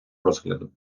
розгляду